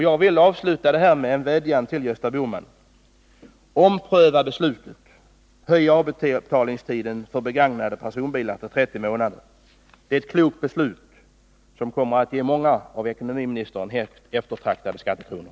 Jag vill avslutningsvis vädja till Gösta Bohman: Ompröva beslutet, förläng tiden för avbetalning till 30 månader när det gäller begagnade personbilar. Det skulle vara ett klokt beslut, som skulle ge många av ekonomiministern hett eftertraktade skattekronor.